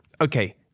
Okay